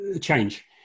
change